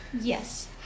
Yes